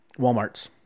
WalMarts